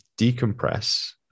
decompress